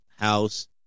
house